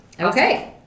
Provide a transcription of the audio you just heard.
okay